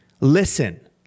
listen